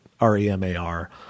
R-E-M-A-R